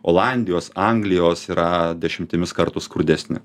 olandijos anglijos yra dešimtimis kartų skurdesni